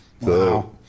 Wow